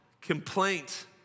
complaint